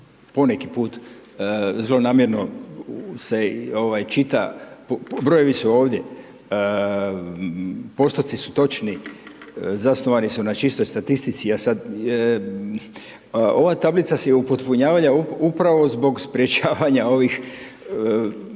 poneki put zlonamjerno se čita, brojevi su ovdje, postoci su točni, zasnovani su na čistoj statistici, a sad, ova tablica se i upotpunjava upravo zbog sprečavanja ovih,